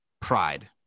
pride